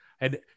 and-